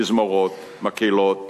תזמורות, מקהלות